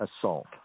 assault